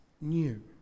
new